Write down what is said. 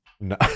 No